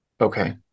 Okay